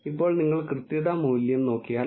ഇപ്പോൾ നിങ്ങൾ കൃത്യത മൂല്യം നോക്കിയാൽ അത് 0